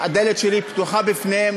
הדלת שלי פתוחה בפניהם.